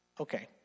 Okay